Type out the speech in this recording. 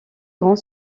grand